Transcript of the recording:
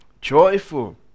joyful